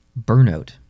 burnout